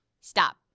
stop